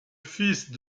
fils